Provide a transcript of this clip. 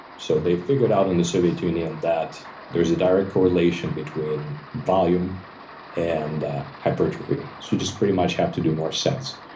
so they figured out in the soviet union that there is a direct correlation between volume and hypertrophy. so you just pretty much have to do more sets.